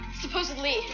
Supposedly